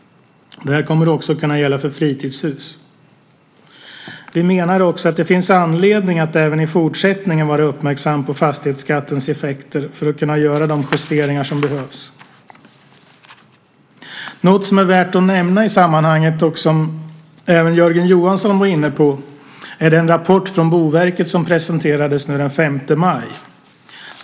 Det kommer också att gälla för fritidshus. Vi menar också att det finns anledning att även i fortsättningen vara uppmärksam på fastighetsskattens effekter för att kunna göra de justeringar som behövs. Något som är värt att nämna i sammanhanget, och som även Jörgen Johansson var inne på, är den rapport från Boverket som presenterades den 5 maj.